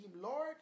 Lord